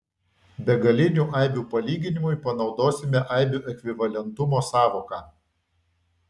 begalinių aibių palyginimui panaudosime aibių ekvivalentumo sąvoką